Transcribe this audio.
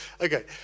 Okay